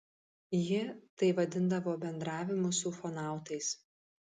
ji tai vadindavo bendravimu su ufonautais